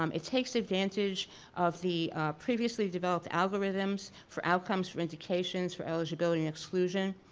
um it takes advantage of the previously developed algorithms for outcomes for indications for eligibility and exclusion,